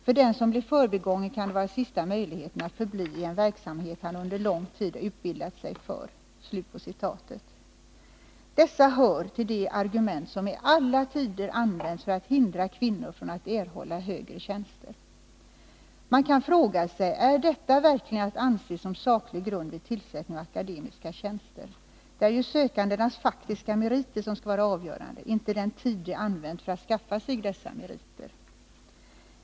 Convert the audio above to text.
För den som blir förbigången kan det vara sista möjligheten att förbli i en verksamhet han under lång tid utbildat sig för.” Dessa hör till de argument som i alla tider använts för att hindra kvinnor från att erhålla högre tjänster. Man kan fråga sig om detta verkligen är att anse som saklig grund vid tillsättning av akademiska tjänster. Det är ju sökandenas faktiska meriter som skall vara avgörande, inte den tid de använt för att skaffa sig dessa meriter.